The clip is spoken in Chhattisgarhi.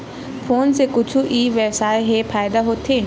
फोन से कुछु ई व्यवसाय हे फ़ायदा होथे?